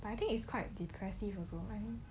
but I think it's quite depressive also